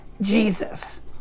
Jesus